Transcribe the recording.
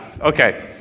okay